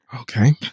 Okay